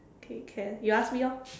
okay can you ask me orh